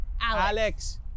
Alex